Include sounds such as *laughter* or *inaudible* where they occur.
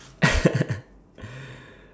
*laughs*